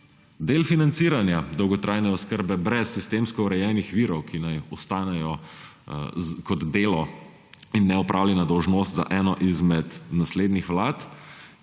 Del financiranja dolgotrajne oskrbe brez sistemsko urejenih virov, ki naj ostanejo kot delo in neopravljena dolžnost za eno izmed naslednjih vlad,